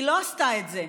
היא לא עשתה את זה,